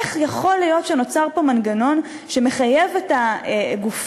איך יכול להיות שנוצר פה מנגנון שמחייב את הגופים